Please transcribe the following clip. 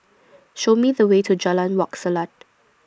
Show Me The Way to Jalan Wak Selat